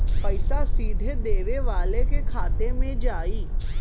पइसा सीधे देवे वाले के खाते में जाई